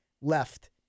left